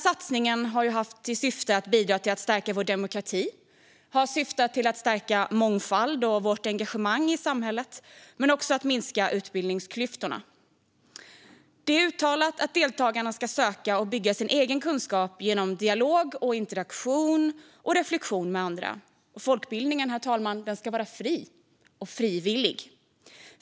Satsningen har haft som syfte att stärka demokratin, mångfalden och engagemanget i samhället men också minska utbildningsklyftorna. Det är uttalat att deltagarna ska söka och bygga sin egen kunskap genom dialog, interaktion och reflektion med andra. Herr talman! Folkbildningen ska vara fri och frivillig.